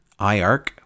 IARC